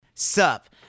Sup